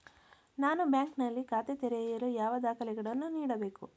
ನಾನು ಬ್ಯಾಂಕ್ ನಲ್ಲಿ ಖಾತೆ ತೆರೆಯಲು ಯಾವ ದಾಖಲೆಗಳನ್ನು ನೀಡಬೇಕು?